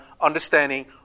understanding